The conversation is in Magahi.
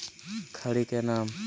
खड़ी के नाम?